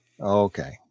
Okay